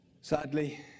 Sadly